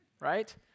right